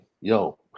yo